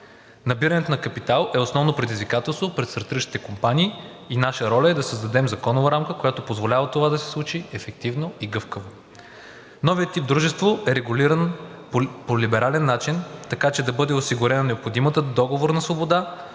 Набирането на капитал е основно предизвикателство пред стартиращите компании и наша роля е да създадем законова рамка, която позволява това да се случи ефективно и гъвкаво. Новият тип дружество е регулирано по либерален начин, така че да бъде осигурена необходимата договорна свобода,